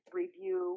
review